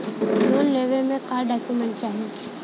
Loan लेवे मे का डॉक्यूमेंट चाही?